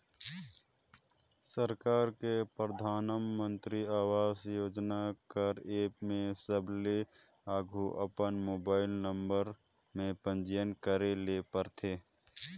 सरकार के परधानमंतरी आवास योजना कर एप में सबले आघु अपन मोबाइल में पंजीयन करे ले परथे